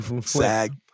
Sag